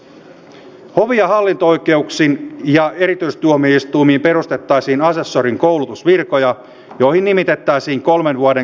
hovi ja hallinto oikeuksiin ja erityistuomioistuimiin perustettaisiin asessorin koulutusvirkoja joihin nimitettäisiin kolmen vuoden koulutusjakson ajaksi